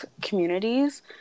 communities